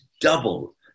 double